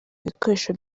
ibikoresho